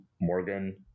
Morgan